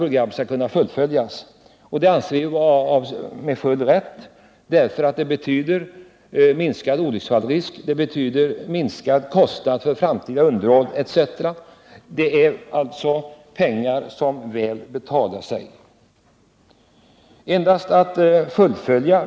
Vi anser detta krav vara synnerligen berättigat, eftersom ett sådant fullföljande skulle betyda minskade olycksfallsrisker, lägre kostnader för framtida underhåll etc. Det är alltså utgifter som väl betalar sig.